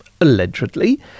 Allegedly